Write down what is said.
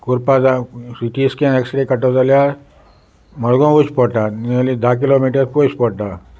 कोरपा जाव C T scan X ray काडटो जाल्यार मडगांवा वयस पडटा नियली धा किलोमिटर पयस पडटा